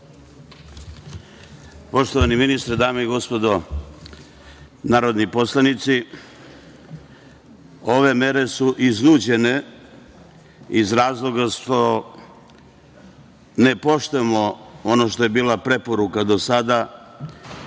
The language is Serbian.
Poštovani ministre, dame i gospodo narodni poslanici, ove mere su iznuđene iz razloga što ne poštujemo ono što je bila preporuka do sada,